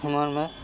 সেই মৰ্মে